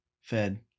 fed